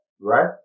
Right